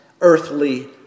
earthly